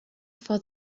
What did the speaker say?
for